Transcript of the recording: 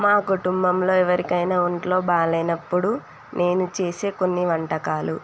మా కుటుంబంలో ఎవరికి అయినా ఒంట్లో బాగాలేనప్పుడు నేను చేసే కొన్ని వంటకాలు